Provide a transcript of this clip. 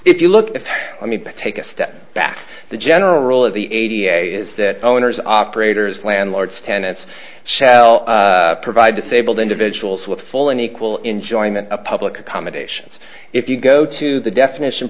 if you look at i mean take a step back the general rule of the eighty eight is that owners operators landlords tenants shall provide disabled individuals with full and equal enjoyment of public accommodations if you go to the definition